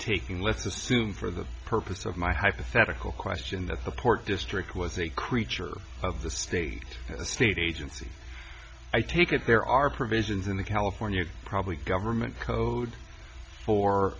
taking let's assume for the purpose of my hypothetical question that the court district was a creature of the state a state agency i take it there are provisions in the california probably government code for